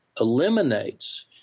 eliminates